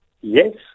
Yes